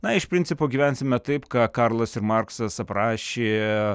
na iš principo gyvensime taip ką karlas ir marksas aprašė